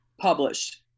published